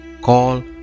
Call